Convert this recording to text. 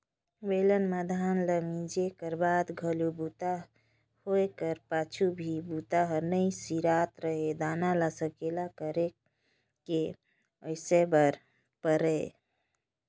बेलन म धान ल मिंजे कर बाद घलोक बूता होए कर पाछू में भी बूता हर नइ सिरात रहें दाना ल सकेला करके ओसाय बर परय